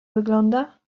wygląda